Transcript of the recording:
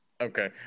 Okay